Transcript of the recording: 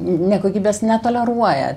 ne kokybės netoleruoja